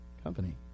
company